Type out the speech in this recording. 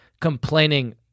complaining